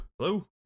Hello